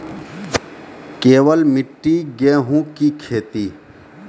केवल मिट्टी गेहूँ की खेती?